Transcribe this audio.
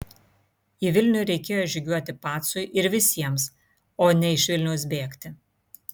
į vilnių reikėjo žygiuoti pacui ir visiems o ne iš vilniaus bėgti